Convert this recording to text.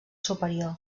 superior